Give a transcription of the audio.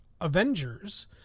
Avengers